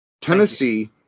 Tennessee